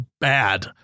bad